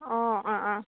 अ औ औ